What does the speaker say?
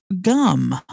Gum